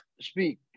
speak